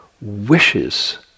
wishes